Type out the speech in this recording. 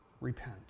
repent